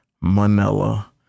Manila